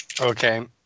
Okay